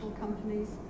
companies